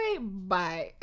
bye